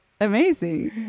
amazing